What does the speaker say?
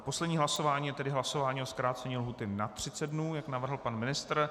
Poslední hlasování je tedy hlasování o zkrácení lhůty na 30 dnů, jak navrhl pan ministr.